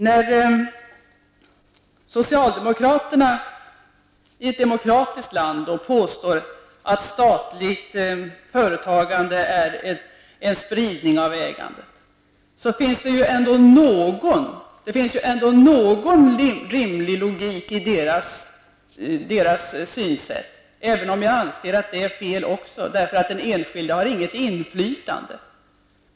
När socialdemokraterna i ett demokratiskt land påstår att statligt företagande ger en spridning av ägandet, finns det ändå någon rimlig logik i deras synsätt, även om jag anser att också de har fel, eftersom den enskilde inte har något inflytande.